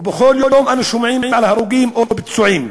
ובכל יום אנו שומעים על הרוגים או פצועים.